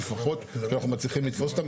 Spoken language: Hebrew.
אלה שלפחות שאנחנו מצליחים לתפוס אותם,